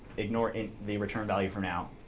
ignore the return value for now.